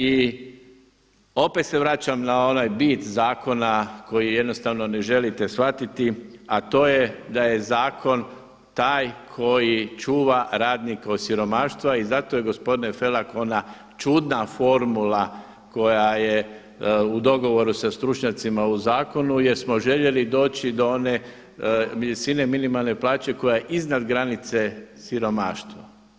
I opet se vraćam na onaj bit zakona koji jednostavno ne želite shvatiti a to je da je zakon taj koji čuva radnike od siromaštva i zato je gospodine Felak ona čudna formula koja je u dogovoru sa stručnjacima u zakonu jer smo željeli doći do one visine minimalne plaće koja je iznad granice siromaštva.